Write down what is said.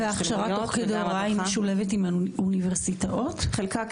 אין ספק כי